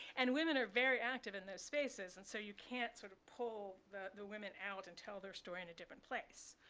and women are very active in those spaces. and so you can't sort of pull the the women out and tell their story in a different place.